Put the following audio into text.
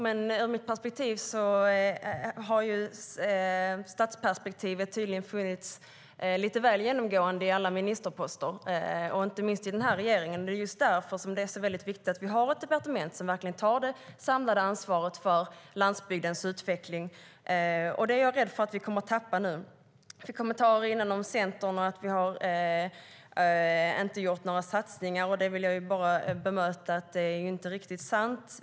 Som jag ser det har stadsperspektivet funnits genomgående i alla ministerposter, inte minst i den här regeringen. Just därför är det så viktigt att vi har ett departement som verkligen tar det samlade ansvaret för landsbygdens utveckling. Det är jag rädd för att vi kommer att tappa nu. Vi hörde en kommentar om att Centern inte har gjort några satsningar. Det vill jag bemöta: Det är inte riktigt sant.